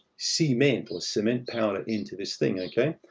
cement, or cement powder, into this thing, okay?